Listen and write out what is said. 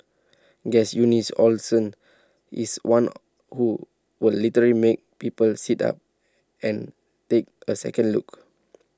Guess Eunice Olsen is one who will literally make people sit up and take A second look